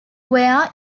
where